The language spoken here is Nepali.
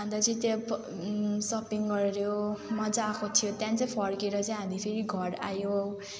अन्त चाहिँ त्यहाँ सपिङ गऱ्यो मजा आएको थियो त्यहाँदेखि चाहिँ फर्केर चाहिँ हामी फेरि घर आयो